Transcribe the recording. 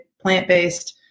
plant-based